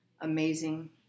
amazing